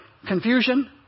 Confusion